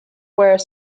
where